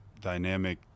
dynamic